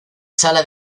sala